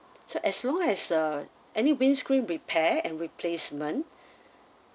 so as long as uh any windscreen repair and replacement